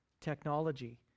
technology